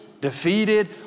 defeated